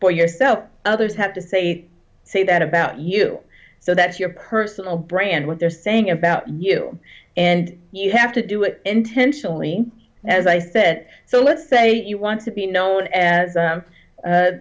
for yourself others have to say say that about you so that's your personal brand what they're saying about you and you have to do it intentionally as i said so let's say you want to be known as